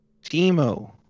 Timo